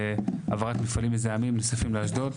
העברת מפעלים מזהמים נוספים לאשדוד.